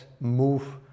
move